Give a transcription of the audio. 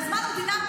בזמן המלחמה,